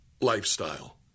lifestyle